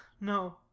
No